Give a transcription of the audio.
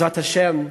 בעזרת השם,